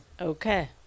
Okay